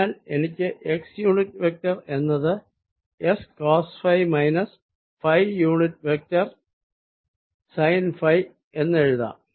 അതിനാൽ എനിക്ക് x unit vector എന്നത് s cos phi minus phi unit vector sine phi എന്ന് എഴുതാം